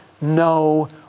no